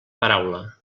paraula